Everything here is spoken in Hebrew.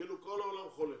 כאילו כל העולם חולה.